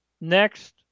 Next